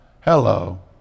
Hello